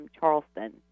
charleston